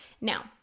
Now